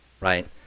right